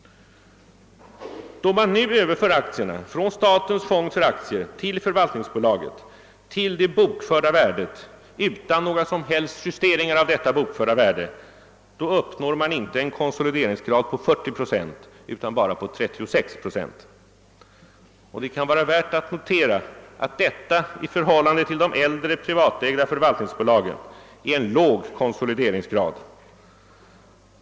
Då man nu överför aktierna från statens fond för aktier till förvaltningsbolaget till det bokförda värdet utan några som helst justeringar; uppnår man inte en konsolideringsgrad på 40 utan endast på cirka 36 procent. Det kan vara värt att notera att detta i förhållande till de äldre privatägda förvaltningsbolagen är en låg konsolideringsgrad.